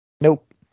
Nope